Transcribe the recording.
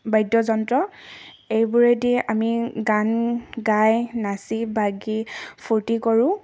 বাদ্যযন্ত্ৰ এইবোৰেদি আমি গান গাই নাচি বাগি ফূৰ্তি কৰোঁ